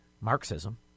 Marxism